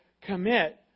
commit